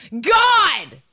God